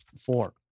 four